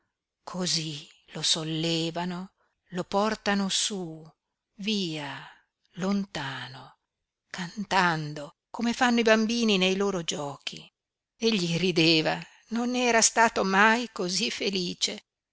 cosí lo sollevano lo portano su via lontano cantando come fanno i bambini nei loro giochi egli rideva non era stato mai cosí felice